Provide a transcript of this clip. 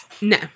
No